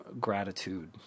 gratitude